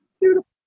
beautiful